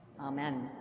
Amen